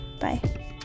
Bye